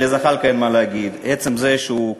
זחאלקה, אדם מסית בדבריו.